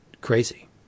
crazy